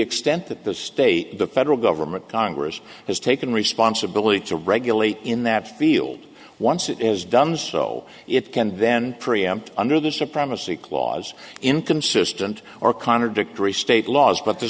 extent that the state the federal government congress has taken responsibility to regulate in that field once it is done so it can then preempt under the supremacy clause inconsistent or contradictory state laws but the